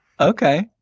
okay